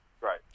Right